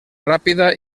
rápida